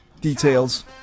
details